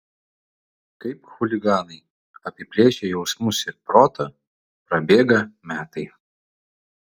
kaip chuliganai apiplėšę jausmus ir protą prabėga metai